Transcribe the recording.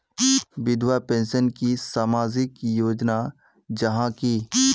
विधवा पेंशन की सामाजिक योजना जाहा की?